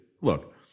look